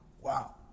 Wow